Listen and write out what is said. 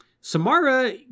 Samara